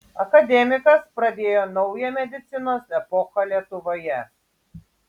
akademikas pradėjo naują medicinos epochą lietuvoje